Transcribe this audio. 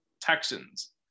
Texans